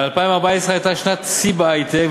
2014 הייתה שנת שיא בהיי-טק,